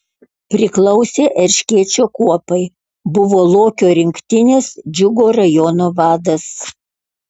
priklausė erškėčio kuopai buvo lokio rinktinės džiugo rajono vadas